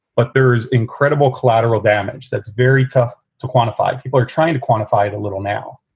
but there is incredible collateral damage. that's very tough to quantify. people are trying to quantify it a little now,